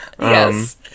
Yes